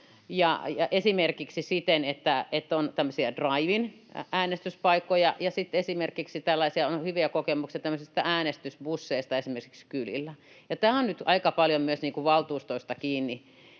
esimerkiksi siten, että on tämmöisiä drive-in-äänestyspaikkoja. Sitten on hyviä kokemuksia esimerkiksi tämmöisistä äänestysbusseista kylillä. Tämä on nyt aika paljon myös valtuustoista kiinni.